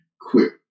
quick